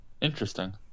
Interesting